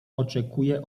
oczekuje